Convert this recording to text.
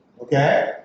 Okay